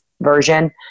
version